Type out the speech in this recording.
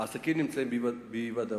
העסקים נמצאים באי-ודאות,